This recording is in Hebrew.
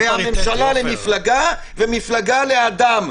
מהממשלה למפלגה וממפלגה לאדם.